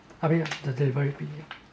I mean the delivery fee